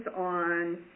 on